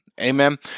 Amen